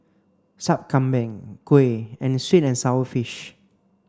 Sup Kambing Kuih and sweet and sour fish